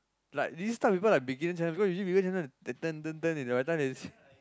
like this type of people like beginner channel like they turn turn turn they they see